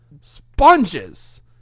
Sponges